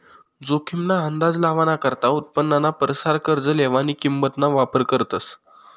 जोखीम ना अंदाज लावाना करता उत्पन्नाना परसार कर्ज लेवानी किंमत ना वापर करतस